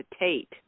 Tate